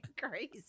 Crazy